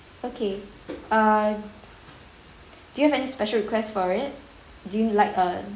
okay uh do you have any special requests for it do you need like a